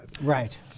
Right